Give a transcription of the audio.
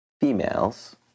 females